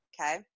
okay